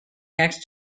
next